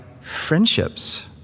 friendships